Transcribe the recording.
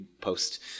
post